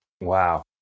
Wow